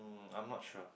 mm I'm not sure